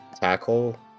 tackle